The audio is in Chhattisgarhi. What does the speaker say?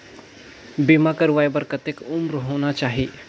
बीमा करवाय बार कतेक उम्र होना चाही?